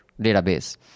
database